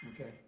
Okay